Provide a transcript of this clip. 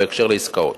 התש"ע 2010,